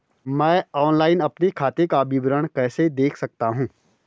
मैं ऑनलाइन अपने खाते का विवरण कैसे देख सकता हूँ?